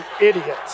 idiot